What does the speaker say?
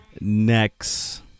next